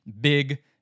big